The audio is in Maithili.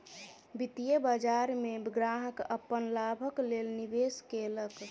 वित्तीय बाजार में ग्राहक अपन लाभक लेल निवेश केलक